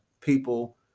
people